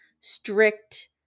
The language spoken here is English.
strict